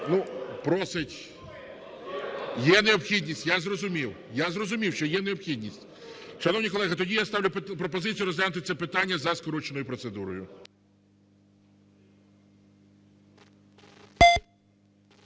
необхідність, я зрозумів. Я зрозумів, що є необхідність. Шановні колеги, тоді я ставлю пропозицію розглянути це питання за скороченою процедурою.